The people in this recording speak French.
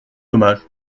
dommage